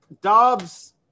Dobbs